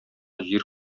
җир